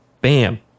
bam